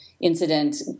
incident